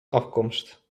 afkomst